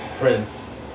Prince